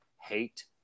Hate